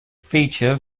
feature